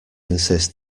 insist